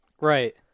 Right